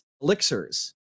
elixirs